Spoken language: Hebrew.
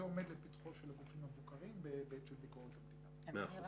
זה עומד לפתחם של הגופים המבוקרים בעת ביקורת המדינה.